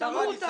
תהרגו אותם.